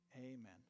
Amen